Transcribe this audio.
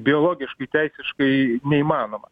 biologiškai teisiškai neįmanoma